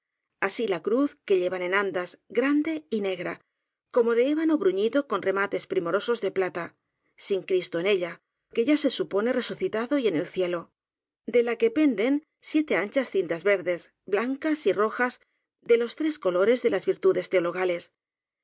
así la cruz que llevan en an das grande y negra como de ébano bruñido con remates primorosos de plata sin cristo en ella que ya se supone resucitado y en el cielo de la que penden siete anchas cintas verdes blancas y rojas de los tres colores de las virtudes teologales del